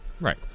right